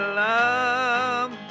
love